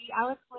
Alex